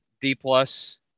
D-plus